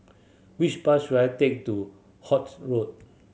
which bus should I take to Holt Road